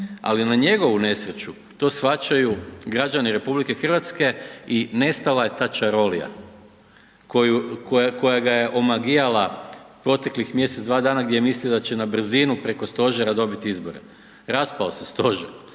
Ali na njegovu nesreću, to shvaćaju građani RH i nestala je ta čarolija koja ga je omagijala proteklih mjesec, dva dana gdje je mislio da će na brzinu preko Stožera dobiti izbore. Raspao se Stožer.